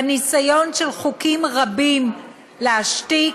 בניסיון של חוקים רבים להשתיק,